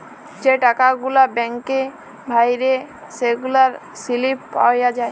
যে টাকা গুলা ব্যাংকে ভ্যইরে সেগলার সিলিপ পাউয়া যায়